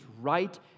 right